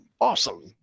awesome